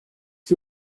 que